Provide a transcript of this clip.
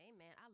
Amen